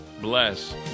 bless